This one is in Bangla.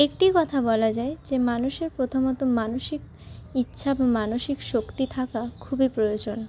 একটি কথা বলা যায় যে মানুষের প্রথমত মানসিক ইচ্ছা বা মানসিক শক্তি থাকা খুবই প্রয়োজন